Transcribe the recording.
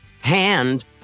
hand